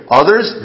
others